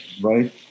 right